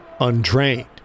Untrained